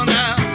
now